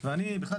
ואני בכלל,